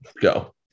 Go